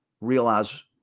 realize